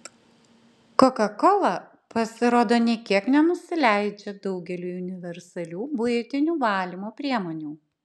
kokakola pasirodo nė kiek nenusileidžia daugeliui universalių buitinių valymo priemonių